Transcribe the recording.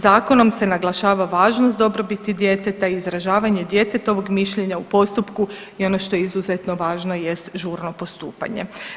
Zakonom se naglašava važnost dobrobiti djeteta i izražavanje djetetovog mišljenja u postupku i ono što je izuzetno važno jest žurno postupanje.